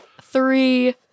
three